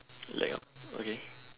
lag ah okay